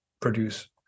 produce